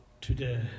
today